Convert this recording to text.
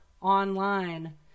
online